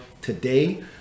today